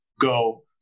go